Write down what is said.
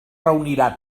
reunirà